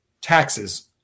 taxes